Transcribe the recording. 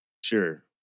sure